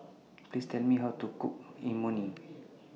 Please Tell Me How to Cook Imoni